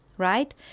right